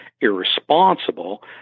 irresponsible